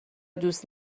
دوست